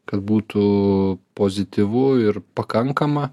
kad būtų pozityvu ir pakankama